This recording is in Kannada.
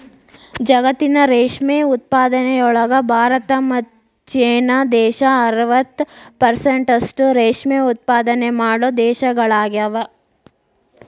ಜಗತ್ತಿನ ರೇಷ್ಮೆ ಉತ್ಪಾದನೆಯೊಳಗ ಭಾರತ ಮತ್ತ್ ಚೇನಾ ದೇಶ ಅರವತ್ ಪೆರ್ಸೆಂಟ್ನಷ್ಟ ರೇಷ್ಮೆ ಉತ್ಪಾದನೆ ಮಾಡೋ ದೇಶಗಳಗ್ಯಾವ